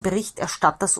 berichterstatters